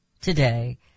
Today